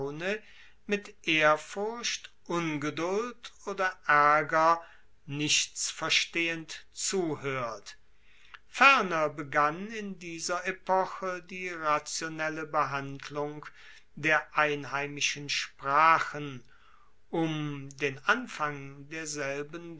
mit ehrfurcht ungeduld oder aerger nichtsverstehend zuhoert ferner begann in dieser epoche die rationelle behandlung der einheimischen sprachen um den anfang derselben